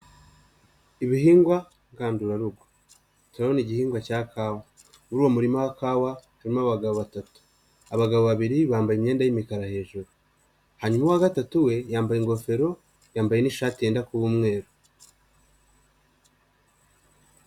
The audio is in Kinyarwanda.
Ibihingwa ngandurarugo turabona igihingwa cya kawa. Muri uwo murima wa kawa harimo abagabo batatu. Abagabo babiri bambaye imyenda y'imikara hejuru. Hanyuma uwa gatatu we yambaye ingofero, yambaye n'ishati yenda kuba umweru.